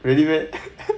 really meh